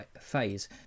phase